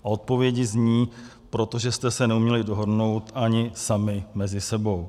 A odpovědi zní: Protože jste se neuměli dohodnout ani sami mezi sebou.